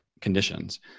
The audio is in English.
conditions